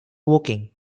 walking